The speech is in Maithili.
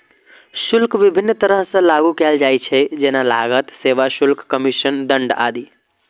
शुल्क विभिन्न तरह सं लागू कैल जाइ छै, जेना लागत, सेवा शुल्क, कमीशन, दंड आदि